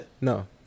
No